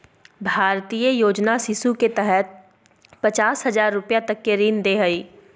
भारतीय योजना शिशु के तहत पचास हजार रूपया तक के ऋण दे हइ